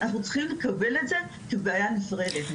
אנחנו צריכים לקבל את זה כבעיה נפרדת.